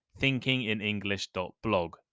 thinkinginenglish.blog